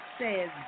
says